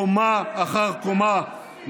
קומה אחר קומה,